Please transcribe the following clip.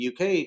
UK